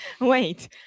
Wait